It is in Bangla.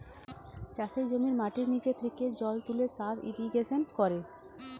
চাষের জমির মাটির নিচে থেকে জল তুলে সাব ইরিগেশন করে